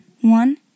One